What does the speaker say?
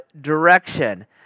direction